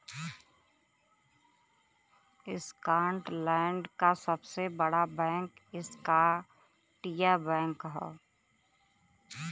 Scotland क सबसे बड़ा बैंक स्कॉटिया बैंक हौ